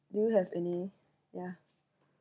do you have any yeah